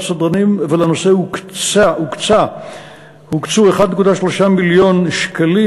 סדרנים ולנושא הוקצו 1.3 מיליון שקלים.